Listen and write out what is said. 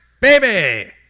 Baby